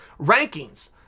rankings